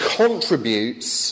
contributes